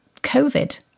covid